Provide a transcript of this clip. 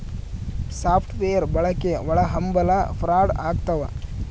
soft wear ಬಳಕೆ ಒಳಹಂಭಲ fraud ಆಗ್ತವ